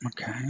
Okay